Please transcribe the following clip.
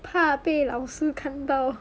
怕被老师看到